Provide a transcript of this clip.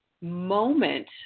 moment